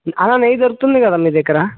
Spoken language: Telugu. అన్న నెయ్యి దొరుకుతుంది కదా మీ దగ్గర